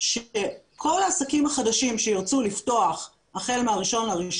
שכל העסקים החדשים שירצו לפתוח החל מה-1.1